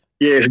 Yes